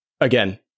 again